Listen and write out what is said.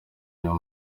uyu